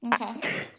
Okay